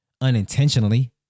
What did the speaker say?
unintentionally